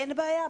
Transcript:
אין בעיה.